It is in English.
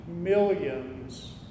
millions